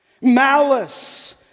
malice